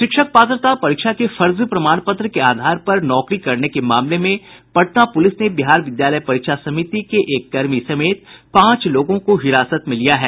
शिक्षक पात्रता परीक्षा के फर्जी प्रमाण पत्र के आधार पर नौकरी करने के मामले में पटना पुलिस ने बिहार विद्यालय परीक्षा समिति के एक कर्मी समेत पांच लोगों को हिरासत में लिया है